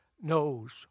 knows